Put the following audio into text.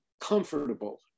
comfortable